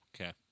Okay